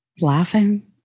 laughing